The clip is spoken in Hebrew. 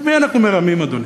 את מי אנחנו מרמים, אדוני?